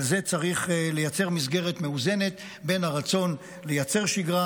על זה צריך לייצר מסגרת מאוזנת בין הרצון לייצר שגרה